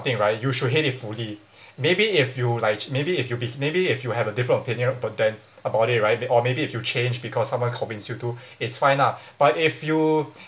thing right you hate it fully maybe if you like maybe if you be maybe if you have a different opinion but then about it right or maybe if you changed because someone convince you to it's fine lah but if you